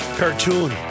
cartoon